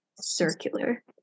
circular